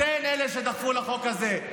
אתן אלה שדחפתן לחוק הזה.